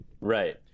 right